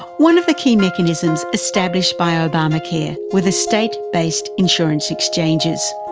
one of the key mechanisms established by obamacare were the state based insurance exchanges,